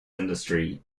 industry